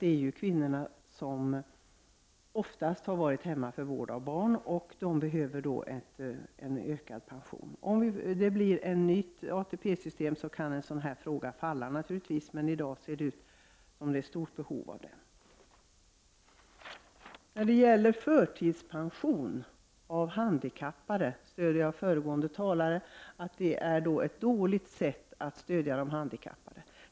Det är kvinnorna som oftast har varit hemma för vård av barn, och de behöver därför bättre pension. Om man inför ett nytt ATP-system kan naturligtvis en sådan fråga falla, men i dag ser det ut som om det finns ett stort behov av detta. När det gäller förtidspension av handikappade stöder jag föregående talare. Det är ett dåligt sätt att stöda de handikappade.